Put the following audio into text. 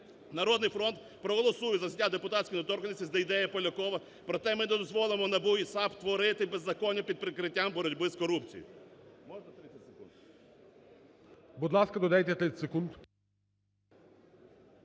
"Народний фронт" проголосує за зняття депутатської недоторканності з Дейдея, Полякова про те, ми не дозволимо НАБУ і САП творити беззаконня під прикриттям боротьби з корупцією.